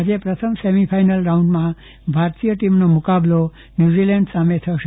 આજે પ્રથમ સેમિફાઈનલ રાઉન્ડમાં ભારત ટીમનો મુકાબલો ન્યુઝીલેન્ડ સામે થશે